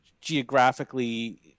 geographically